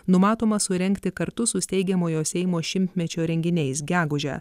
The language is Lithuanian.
numatoma surengti kartu su steigiamojo seimo šimtmečio renginiais gegužę